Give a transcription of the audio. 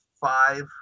five